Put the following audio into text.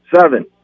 Seven